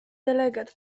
delegat